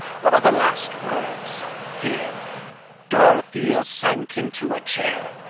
what are the last words here dorothea sank into a chair.